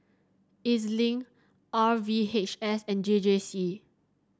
E Z Link R V H S and J J C